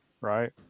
Right